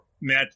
met